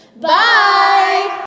Bye